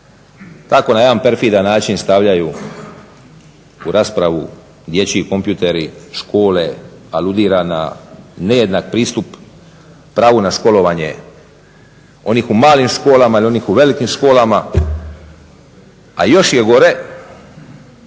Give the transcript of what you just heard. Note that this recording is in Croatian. tako na jedan perfidan način stavljaju u raspravu dječji kompjuteri, škole, aludira na nejednak pristup pravu na školovanje onih u malim školama, ili onih u velikim školama. A još je gore